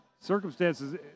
Circumstances